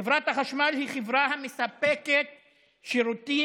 חברת החשמל היא חברה המספקת שירותים,